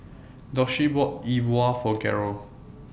Doshie bought E Bua For Garold